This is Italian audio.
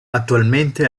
attualmente